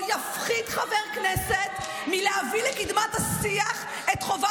ברור שלא תיתני לי לשמוע, כי היו"ר נותן לה לצווח.